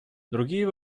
другие